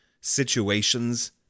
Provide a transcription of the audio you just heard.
situations